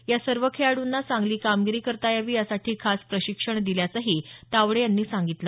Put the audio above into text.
या सर्व खेळाड्रंना चांगली कामगिरी करता यावी यासाठी खास प्रशिक्षण दिल्याचंही तावडे यांनी सांगितलं